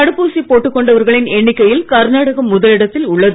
தடுப்பூசி போட்டுக் கொண்டவர்களின் எண்ணிக்கையில் கர்நாடகம் ழுதல் இடத்தில் உள்ளது